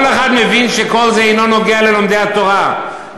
כל אחד מבין שכל זה אינו נוגע ללומדי התורה.